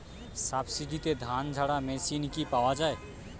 সাবসিডিতে ধানঝাড়া মেশিন কি পাওয়া য়ায়?